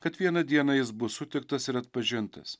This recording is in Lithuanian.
kad vieną dieną jis bus sutiktas ir atpažintas